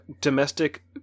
domestic